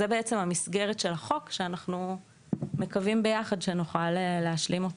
זו מסגרת החוק שאנחנו מקווים ביחד שנוכל להשלים אותה.